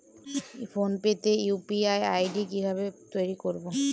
Phone pay তে UPI ID কি ভাবে তৈরি করবো?